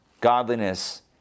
godliness